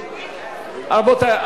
רבותי,